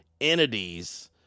entities